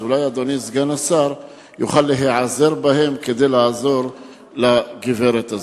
אז אולי אדוני סגן השר יכול להיעזר בהם כדי לעזור לגברת הזאת.